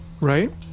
right